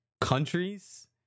Countries